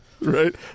Right